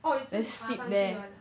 oh is 自己爬上去 [one] ah